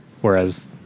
whereas